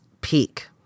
peak